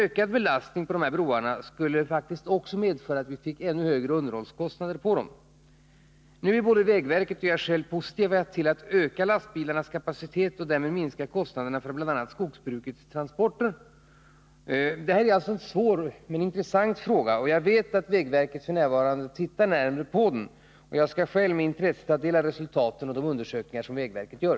Ökad belastning på dessa skulle medföra att underhållskostnaderna stiger. Både jag och vägverket är positiva till att öka lastbilarnas kapacitet och därmed minska kostnaderna för bl.a. skogsbrukets transporter. Det här är en intressant och svår fråga, som jag vet att vägverket tittar närmare på. Jag kommer med intresse att ta del av resultaten av verkets undersökningar.